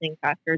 faster